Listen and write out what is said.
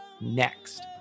next